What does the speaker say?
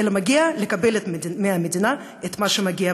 אלא מגיע להם לקבל מהמדינה את מה שמגיע.